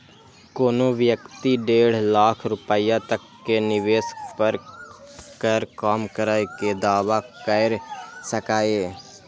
कोनो व्यक्ति डेढ़ लाख रुपैया तक के निवेश पर कर कम करै के दावा कैर सकैए